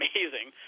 Amazing